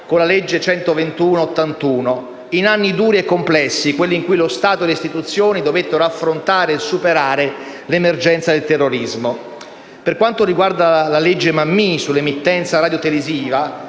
con la legge n. 121 del 1981, in anni duri e complessi quali quelli in cui lo Stato e le istituzioni dovettero affrontare e superare l'emergenza del terrorismo. Per quanto riguarda la legge Mammì sull'emittenza radiotelevisiva,